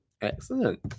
Excellent